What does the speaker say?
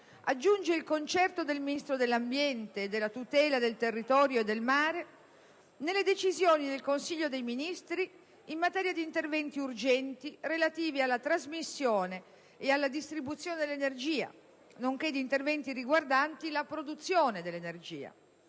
aggiunge il concerto del Ministro dell'ambiente e della tutela del territorio e del mare nelle decisioni del Consiglio dei Ministri in materia di interventi urgenti relativi alla trasmissione e alla distribuzione dell'energia, nonché di interventi riguardanti la produzione dell'energia.